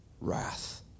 wrath